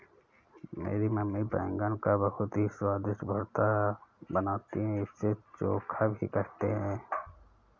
मेरी मम्मी बैगन का बहुत ही स्वादिष्ट भुर्ता बनाती है इसे चोखा भी कहते हैं